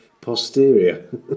posterior